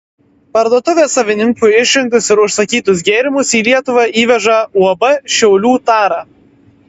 parduotuvės savininkų išrinktus ir užsakytus gėrimus į lietuvą įveža uab šiaulių tara